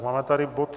Máme tady bod